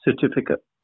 certificate